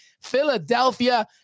Philadelphia